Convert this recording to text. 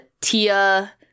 Tia